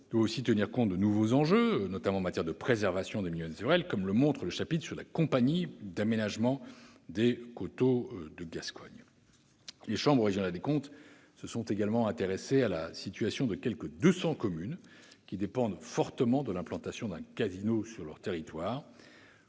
doit aussi tenir compte de nouveaux enjeux, notamment en matière de préservation des milieux naturels, comme le montre le chapitre sur la compagnie d'aménagement des coteaux de Gascogne. Les chambres régionales des comptes se sont également intéressées à la situation des quelque 200 communes qui dépendent fortement de l'implantation d'un casino sur leur territoire.